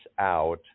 out